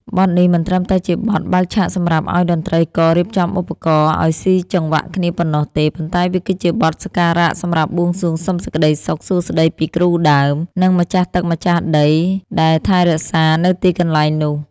បទនេះមិនត្រឹមតែជាបទបើកឆាកសម្រាប់ឱ្យតន្ត្រីកររៀបចំឧបករណ៍ឱ្យស៊ីចង្វាក់គ្នាប៉ុណ្ណោះទេ ប៉ុន្តែវាគឺជាបទសក្ការៈសម្រាប់បួងសួងសុំសេចក្តីសុខសួស្តីពីគ្រូដើម និងម្ចាស់ទឹកម្ចាស់ដីដែលថែរក្សានៅទីកន្លែងនោះ។